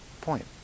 point